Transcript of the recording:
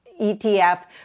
ETF